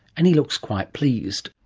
and he looks quite pleased.